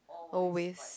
always